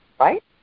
right